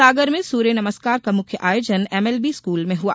सागर में सूर्य नमस्कार का मुख्य आयोजन एमएलबी स्कूल में हुआ